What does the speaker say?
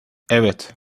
evet